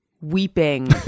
weeping